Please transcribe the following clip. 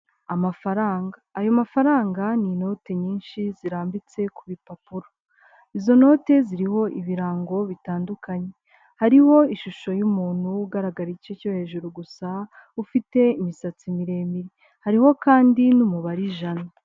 Amafaranga, ayo mafaranga ni inote nyinshi zirambitse ku bipapuro, izo note ziriho ibirango bitandukanye, hariho ishusho y'umuntu ugaragara igice cyo hejuru gusa ufite imisatsi miremire, hariho kandi n'umubare ijana.